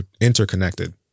interconnected